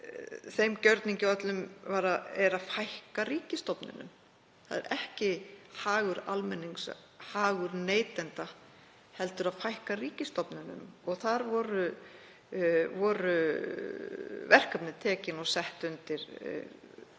þeim gjörningi öllum var að fækka ríkisstofnunum. Það var ekki hagur almennings, hagur neytenda, heldur að fækka ríkisstofnunum. Þar voru verkefni tekin og sett undir t.d.